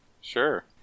Sure